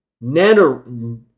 nano